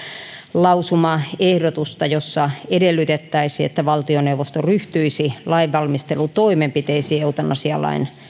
lausumaehdotusta jossa edellytettäisiin että valtioneuvosto ryhtyisi lainvalmistelutoimenpiteisiin eutanasialain